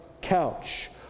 couch